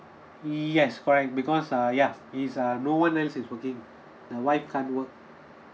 yes correct because uh yeah he's uh no one else is working the wife can't work